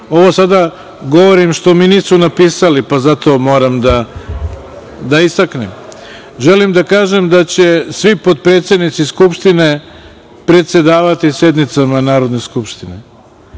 sada govorim što mi nisu napisali, pa zato moram da istaknem. Želim da kažem da će svi potpredsednici Skupštine predsedavati sednicama Narodne skupštine